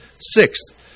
Sixth